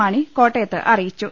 മാണി കോട്ടയത്ത് അറിയിച്ചു